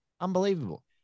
Unbelievable